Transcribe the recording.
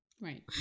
Right